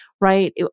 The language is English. right